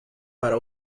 para